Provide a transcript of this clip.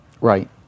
Right